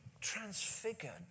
transfigured